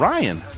Ryan